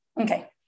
Okay